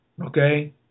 Okay